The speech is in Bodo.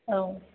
औ